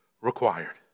required